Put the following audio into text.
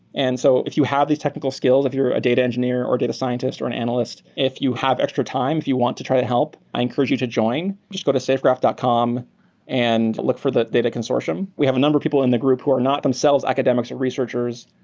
and so if you have these technical skills, if you're a data engineer or a data scientist or an analyst, if you have extra time, if you want to try to help, i encourage you to join. just go to safegraph dot com and look for the data consortium. we have a number people in the group who are not themselves academics and researchers,